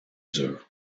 dur